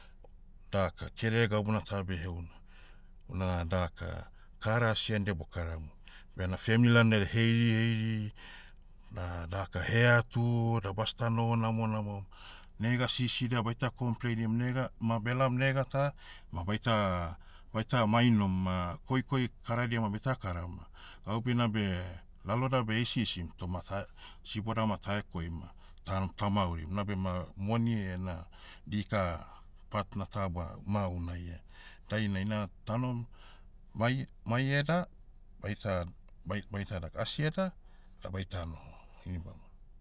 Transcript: Daka kerere gabuna ta beh heuna. Una daka, kara asiandia bokaramu. Bena femli lalonai da heiriheiri, na daka heatu, da basta noho namonamom. Nega sisidia baita kompleinim nega, ma belaom nega ta, ma baita- baita mainom ma, koikoi karadia ma baita karam, gaube ina beh, laloda beisihisim, toma ta- siboda ma tahekoim ma, ta- tamaurim. Unabema, moni ena, dika, part na ta ba- ma unaia. Dainai na, tanohom, mai- mai eda, baita- bai- baita daka. Asi eda, da baita noho. Ini bamo